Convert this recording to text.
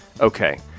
Okay